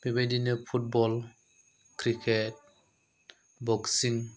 बेबायदिनो football cricket बक्सिं